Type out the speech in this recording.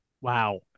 Wow